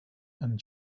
and